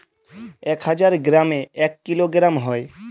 এক হাজার গ্রামে এক কিলোগ্রাম হয়